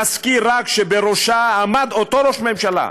נזכיר רק שבראשה עמד אותו ראש ממשלה,